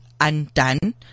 undone